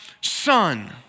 son